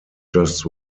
just